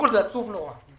זה עצוב נורא.